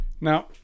Now